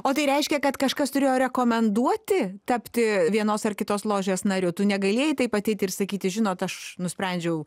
o tai reiškia kad kažkas turėjo rekomenduoti tapti vienos ar kitos ložės nariu tu negalėjai taip ateiti ir sakyti žinot aš nusprendžiau